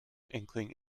inkling